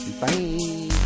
Bye